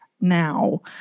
now